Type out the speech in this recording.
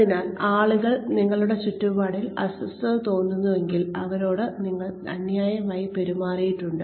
അതിനാൽ ആളുകൾക്ക് നിങ്ങളുടെ ചുറ്റുപാടിൽ അസ്വസ്ഥത തോന്നുന്നുവെങ്കിൽ അവരോട് നിങ്ങൾ അന്യായമായി പെരുമാറിയിട്ടുണ്ട്